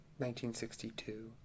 1962